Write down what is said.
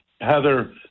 Heather